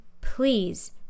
please